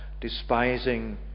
despising